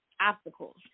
obstacles